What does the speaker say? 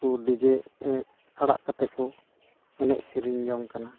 DJ ᱟᱲᱟᱜ ᱠᱟᱛᱮᱫ ᱠᱚ ᱮᱱᱮᱡ ᱥᱮᱨᱮᱧ ᱡᱚᱝ ᱠᱟᱱᱟ